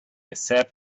except